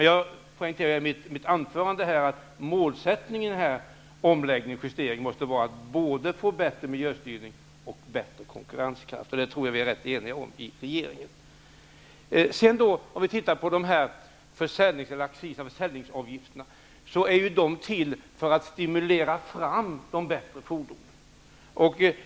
Jag poängterade i mitt anförande att målsättningen med denna justering måste vara att få både bättre miljöstyrning och bättre konkurrenskraft, och det tror jag att vi är rätt eniga om i regeringen. Försäljningsavgifterna är till för att stimulera fram bättre fordon.